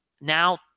now